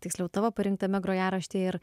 tiksliau tavo parinktame grojaraštyje ir